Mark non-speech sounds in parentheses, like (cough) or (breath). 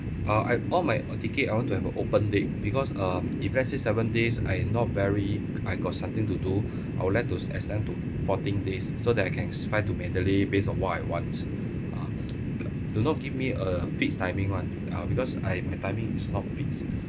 uh I all my uh ticket I want to have a open date because uh (noise) if let's say seven days I'm not very I got something to do (breath) I would like to extend to fourteen days so that I can fly to mandalay based on what I want ah (noise) do not give me a fixed timing [one] uh because I my timing is not fixed